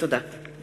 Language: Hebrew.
תודה.